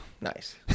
nice